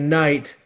night